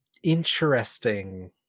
Interesting